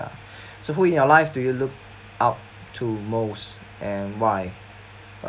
so who in your life do you look up to most and why